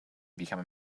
become